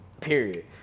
period